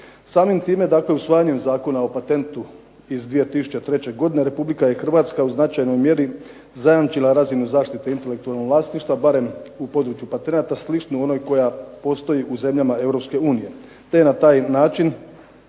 Samim time dakle usvajanjem Zakona o patentu iz 2003. godine Republika je Hrvatska u značajnoj mjeri zajamčila razinu zaštite intelektualnog vlasništva, barem u području patenata, sličnoj onoj koja postoji u zemljama